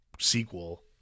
sequel